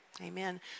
Amen